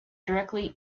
directly